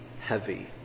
heavy